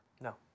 No